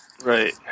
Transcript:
Right